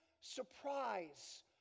surprise